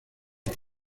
los